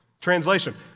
Translation